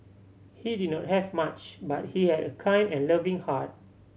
he did not have much but he had a kind and loving heart